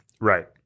Right